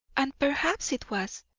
and perhaps it was.